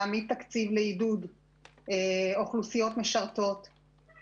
להעמיד תקציב לעידוד אוכלוסיות משרתות,